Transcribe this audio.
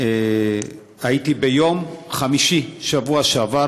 הייתי ביום חמישי בשבוע שעבר